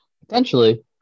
Potentially